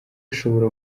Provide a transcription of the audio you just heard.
ashobora